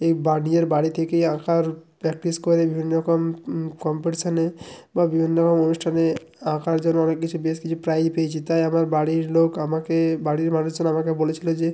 এই বাড়ি এর বাড়ি থেকেই আঁকার প্র্যাকটিস করে বিভিন্ন রকম কম্পিটিশনে বা বিভিন্ন রকম অনুষ্ঠানে আঁকার জন্য অনেক কিছু বেশ কিছু প্রাইজ পেয়েছি তাই আমার বাড়ির লোক আমাকে বাড়ির মানুষজন আমাকে বলেছিল যে